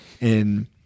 And-